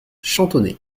chantonnay